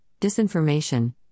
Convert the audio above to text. disinformation